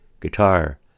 guitar